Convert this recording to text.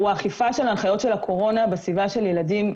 אכיפת הנחיות הקורונה בסביבה של ילדים,